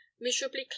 miserably